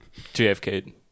JFK